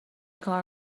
کار